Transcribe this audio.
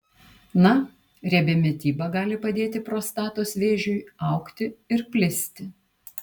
na riebi mityba gali padėti prostatos vėžiui augti ir plisti